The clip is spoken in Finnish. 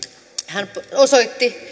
hän osoitti